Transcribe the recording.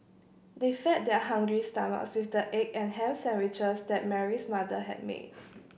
they fed their hungry stomachs with the egg and ham sandwiches that Mary's mother had made